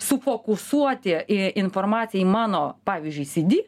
sufokusuoti į informaciją į mano pavyzdžiui sydy